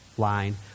line